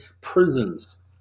prisons